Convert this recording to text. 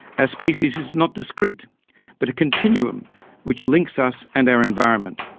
our species is not discreet but a continuum which links us and our environment.